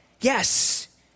Yes